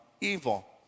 evil